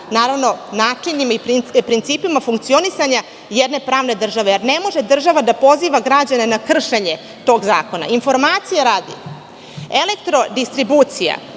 sa načinima i principima funkcionisanja jedne pravne države. Ne može država da poziva građane na kršenje tog zakona. Informacije radi, Elektrodistribucija